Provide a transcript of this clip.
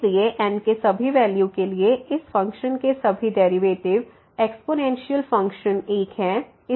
इसलिए n के सभी वैल्यू के लिए इस फ़ंक्शन के सभी डेरिवेटिव एक्स्पोनेंशियल फ़ंक्शन 1 है